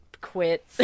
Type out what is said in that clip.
quit